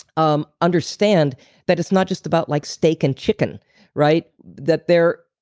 um understand that it's not just about like steak and chicken right? that there.